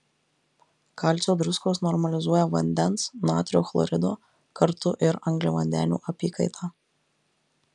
kalcio druskos normalizuoja vandens natrio chlorido kartu ir angliavandenių apykaitą